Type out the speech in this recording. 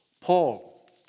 Paul